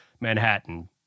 Manhattan